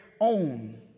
own